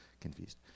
confused